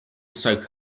soak